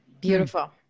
Beautiful